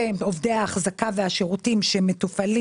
שהם עובדי האחזקה והשירותים שמתפעלים